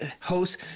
host